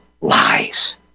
lies